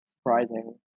surprising